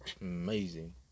Amazing